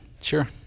Sure